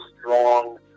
strong